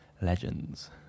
Legends